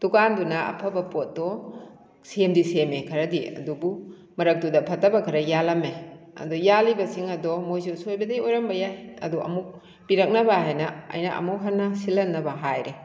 ꯗꯨꯀꯥꯟꯗꯨꯅ ꯑꯐꯕ ꯄꯣꯠꯇꯣ ꯁꯦꯝꯗꯤ ꯁꯦꯝꯃꯦ ꯈꯔꯗꯤ ꯑꯗꯨꯕꯨ ꯃꯔꯛꯇꯨꯗ ꯐꯠꯇꯕ ꯈꯔ ꯌꯥꯜꯂꯝꯃꯦ ꯑꯗꯨ ꯌꯥꯜꯂꯤꯕꯁꯤꯡ ꯑꯗꯣ ꯃꯣꯏꯁꯨ ꯁꯣꯏꯕꯗꯩ ꯑꯣꯏꯔꯝꯕ ꯌꯥꯏ ꯑꯗꯨ ꯑꯃꯨꯛ ꯄꯤꯔꯛꯅꯕ ꯍꯥꯏꯅ ꯑꯩꯅ ꯑꯃꯨꯛ ꯍꯟꯅ ꯁꯤꯜꯂꯛꯅꯕ ꯍꯥꯏꯔꯦ